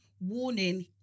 warning